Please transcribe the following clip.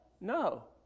No